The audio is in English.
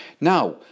now